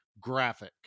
graphic